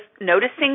noticing